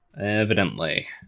Evidently